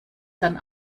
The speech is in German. dann